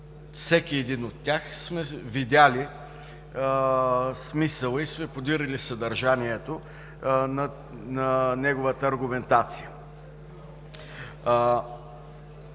всеки един от тях сме видели смисъла и сме кодирали съдържанието на неговата аргументация.